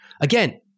Again